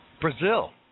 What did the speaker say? Brazil